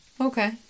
okay